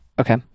okay